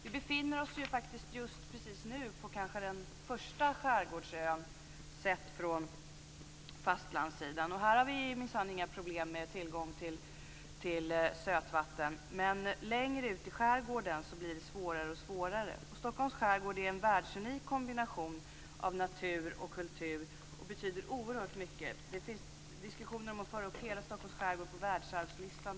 Vi befinner oss just nu på kanske den första skärgårdsön sett från fastlandssidan. Här har vi minsann inga problem med tillgången till sötvatten, men längre ut i skärgården blir det svårare och svårare. Stockholms skärgård är en världsunik kombination av natur och kultur och betyder oerhört mycket. Det finns diskussioner om att föra upp Stockholms skärgård på världsarvslistan.